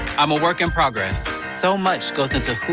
i'm a work in progress so much goes into